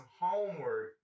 homework